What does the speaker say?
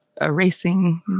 erasing